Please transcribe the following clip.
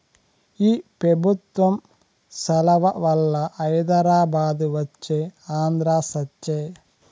ఈ పెబుత్వం సలవవల్ల హైదరాబాదు వచ్చే ఆంధ్ర సచ్చె